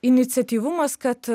iniciatyvumas kad